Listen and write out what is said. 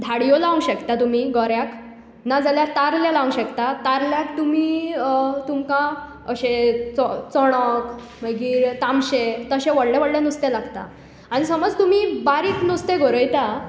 धाड्यो लावंक शकता तुमी गऱ्याक ना जाल्यार तारले लावंक शकता तारल्याक तुमी तुमकां अशें चो चणक मागीर तांबशें तशें व्हडलें व्हडलें नुस्तें लागता आनी समज तुमी बारीक नुस्तें गरयता